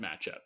matchup